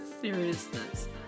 Seriousness